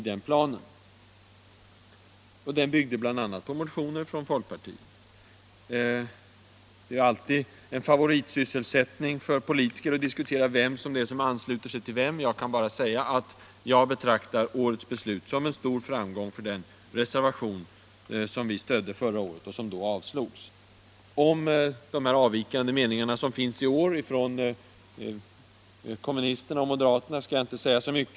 Vår plan byggde bl.a. på motioner från folkpartiet. Det är alltid en favoritsysselsättning för politiker att diskutera vem som ansluter sig till vem. Jag kan bara säga att jag betraktar årets beslut som en stor framgång för den reservation som vi stod för förra året och som då avslogs. Om de avvikande meningar som finns i år från kommunisterna och moderaterna skall jag inte säga så mycket.